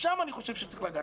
שם אני חושב שצריך לגעת.